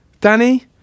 danny